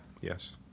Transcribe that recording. Yes